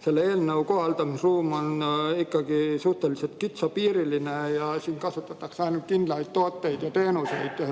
selle eelnõu kohaldamisruum on ikkagi suhteliselt kitsapiiriline ja siin kasutatakse ainult kindlaid tooteid ja teenuseid.